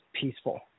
peaceful